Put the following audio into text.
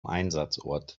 einsatzort